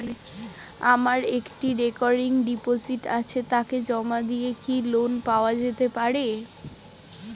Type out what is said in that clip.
আমার একটি recurring deposit আছে তাকে জমা দিয়ে কি লোন পাওয়া যেতে পারে?